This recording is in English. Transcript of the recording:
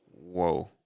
Whoa